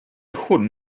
hwn